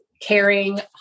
caring